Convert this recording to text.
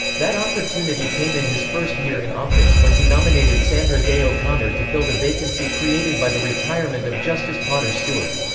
that opportunity came in his first year in office when he nominated sandra day o'connor to fill the vacancy created by the retirement of justice potter stewart.